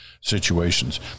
situations